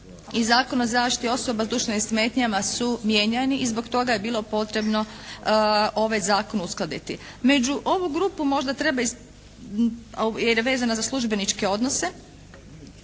i Zakon o zaštiti osoba s duševnim smetnjama su mijenjani i zbog toga je bilo potrebno ovaj Zakon uskladiti. Među ovu grupu možda treba, jer je vezano za službeničke odnose